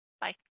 Bye